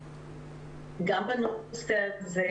גם בנושא הזה,